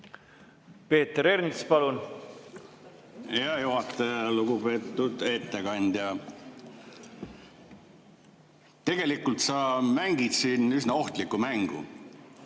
Peeter Ernits, palun! Hea juhataja! Lugupeetud ettekandja! Tegelikult sa mängid siin üsna ohtlikku mängu.